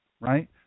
right